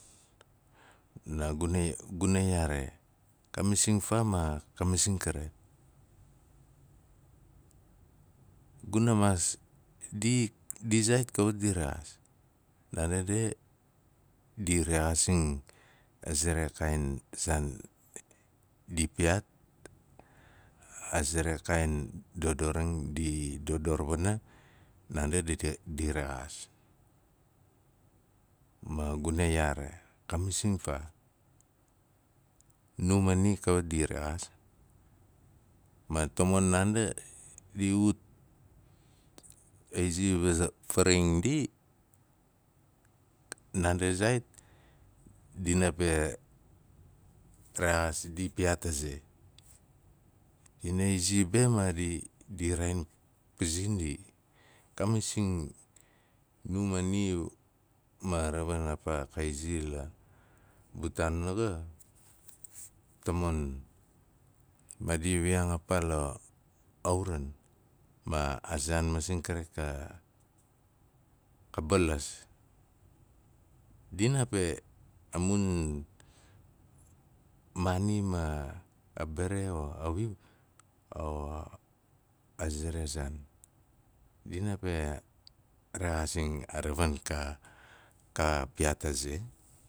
Naaguna guna yaare, ka masing faa ma ka masing kari. Guna maas,-ndi- ndi zaait kawat di rexaas, naande be di rexaazing a ze ra kaain saan di ipiyaat, a ze re kaain dodor di dodor wana naandi di rexaas. Ma dina yaare, ka masing faa, nu ma ni kawat di rexaas, ma tamon naande di ut di zi varing ndi, naande zaait dina pe rexaas di ipiyaat a ze. Dina izi be ma di- di non pizin ndi ka masing mu ma ni ma ravin a paa xa izi la butaanaga tamon maadi wiyaang a paa la- auran, ma a zaan masing kari ka balas, dina pe- a mun, maani ma a bare o a wiu o a ze zaan, dina pe, a rexaazing a ravin ka piyaat a ze